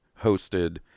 hosted